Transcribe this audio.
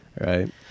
Right